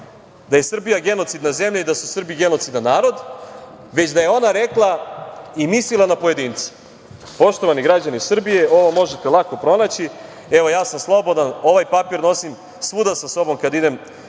da je Srbija genocidna zemlja i da su Srbi genocidan narod, već da je ona rekla i mislila na pojedince. Poštovani građani Srbije, ovo možete lako pronaći. Evo, ja sam slobodan, ovaj papir nosim svuda sa sobom kada idem